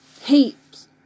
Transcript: Heaps